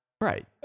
right